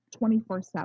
24-7